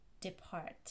depart